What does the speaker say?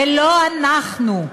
ולא אנחנו.